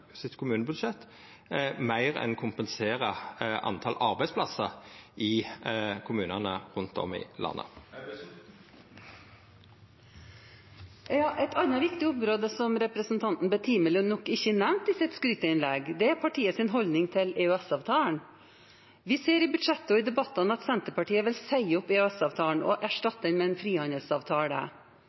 kommunebudsjett meir enn kompensera talet på arbeidsplassar i kommunane rundt om i landet. Et annet viktig område som representanten betimelig nok ikke nevnte i sitt skryteinnlegg, er partiets holdning til EØS-avtalen. Vi ser i budsjettet og i debattene at Senterpartiet vil si opp EØS-avtalen og erstatte den med en frihandelsavtale.